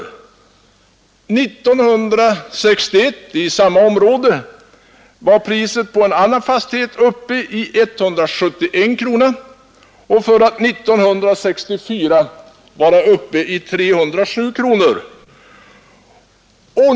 År 1961 var i samma område priset på en annan fastighet-uppe i 171 kronor för att 1964 vara uppe i 307 kronor.